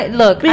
look